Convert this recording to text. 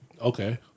Okay